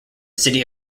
city